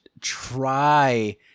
try